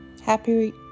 Happy